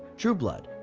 true blood,